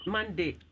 Monday